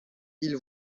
ils